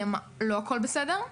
לא הכול בסדר.